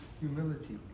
humility